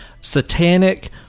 satanic